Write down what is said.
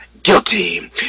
Guilty